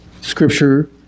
Scripture